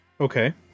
Okay